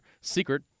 secret